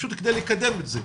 פשוט כדי לקדם את זה.